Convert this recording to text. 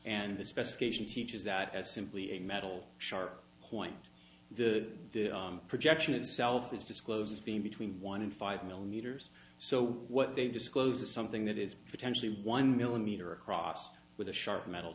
and the specification teaches that as simply a metal sharp point the projection itself is disclosed as being between one and five millimeters so what they disclose is something that is potentially one millimeter across with a sharp metal